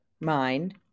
mind